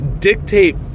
dictate